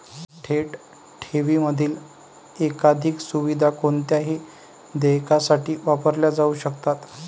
थेट ठेवींमधील एकाधिक सुविधा कोणत्याही देयकासाठी वापरल्या जाऊ शकतात